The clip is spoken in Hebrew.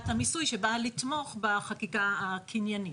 המיסוי שבאה לתמוך בחקיקה הקניינית.